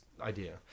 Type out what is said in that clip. idea